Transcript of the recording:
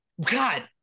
God